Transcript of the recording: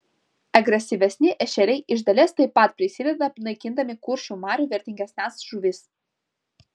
agresyvesni ešeriai iš dalies taip pat prisideda naikindami kuršių marių vertingesnes žuvis